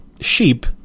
sheep